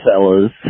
fellas